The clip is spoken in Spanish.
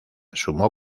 sumó